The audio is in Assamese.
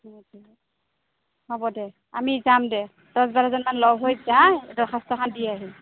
হ'ব দে আমি যাম দে দছ বাৰজনমান লগ হৈ যায় দৰখাস্তখন দি আহিম